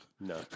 No